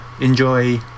enjoy